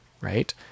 right